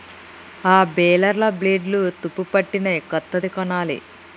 ఆ బేలర్ల బ్లేడ్లు తుప్పుపట్టినయ్, కొత్తది కొనాలి